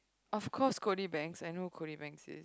of course Cody-Bangs I know who Cody-Bangs is